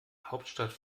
hauptstadt